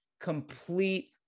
complete